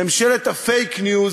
ממשלת ה-fake news